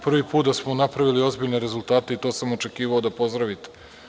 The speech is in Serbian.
Prvi put da smo napravili ozbiljne rezultate i to sam očekivao da pozdravite.